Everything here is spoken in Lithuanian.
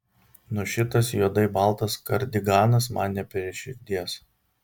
nu šitas juodai baltas kardiganas man ne prie širdies